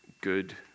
good